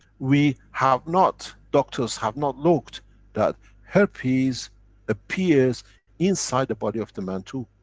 we have not doctors have not looked that herpes appears inside the body of the man too.